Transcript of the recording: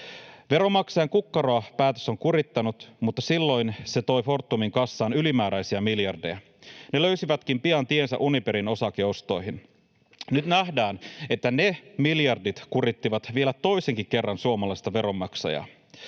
Veronmaksajan kukkaroa päätös on kurittanut, mutta silloin se toi Fortumin kassaan ylimääräisiä miljardeja. Ne löysivätkin pian tiensä Uniperin osakeostoihin. Nyt nähdään, että ne miljardit kurittivat vielä toisenkin kerran suomalaista veronmaksajaa.